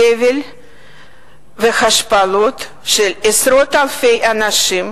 סבל והשפלות של עשרות אלפי אנשים,